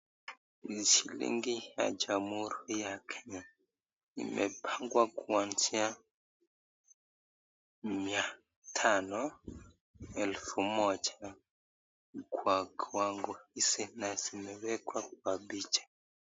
Hii ni shilingi ya jamuhuri ya Kenya, imepangwa kwanzia mia tano, elfu moja kwa kiwango izi na zimewekwa kwa picha.